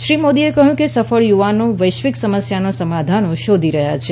શ્રી મોદીએ કહ્યું કે સફળ યુવાનો વૈશ્વિક સમસ્યાઓના સમાધાનો શોધી રહ્યાં છે